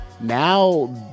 Now